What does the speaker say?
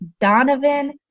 Donovan